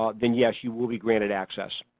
um then yes, you will be granted access.